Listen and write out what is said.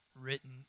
written